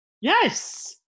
Yes